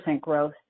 growth